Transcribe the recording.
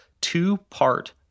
two-part